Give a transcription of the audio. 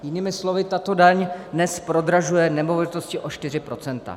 Jinými slovy, tato daň dnes prodražuje nemovitosti o 4 %.